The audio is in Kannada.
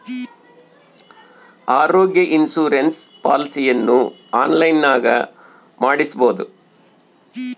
ಆರೋಗ್ಯ ಇನ್ಸುರೆನ್ಸ್ ಪಾಲಿಸಿಯನ್ನು ಆನ್ಲೈನಿನಾಗ ಮಾಡಿಸ್ಬೋದ?